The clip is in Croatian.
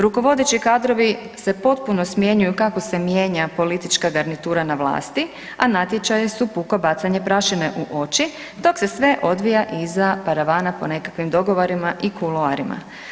Rukovodeći kadrovi se potpuno smjenjuju kako se mijenja politička garnitura na vlasti, a natječaje su puko bacanje prašine u oči, dok se sve odvija iza paravana po nekakvim dogovorima i kuloarima.